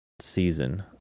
season